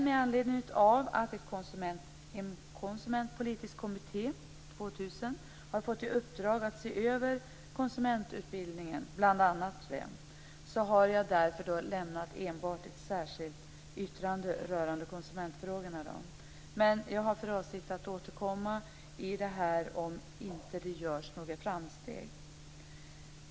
Med anledning av att Konsumentpolitiska kommittén 2000 har fått i uppdrag att se över bl.a. konsumentutbildningen har jag enbart gjort ett särskilt yttrande rörande konsumentfrågorna. Men jag har för avsikt att återkomma i denna fråga om det inte görs något framsteg.